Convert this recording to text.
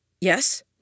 Yes